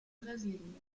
brasilien